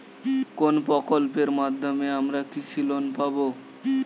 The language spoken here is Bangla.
কোন প্রকল্পের মাধ্যমে আমরা কৃষি লোন পাবো?